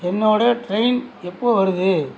என்னோடய ட்ரெயின் எப்போது வருது